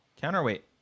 Counterweight